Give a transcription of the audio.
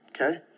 okay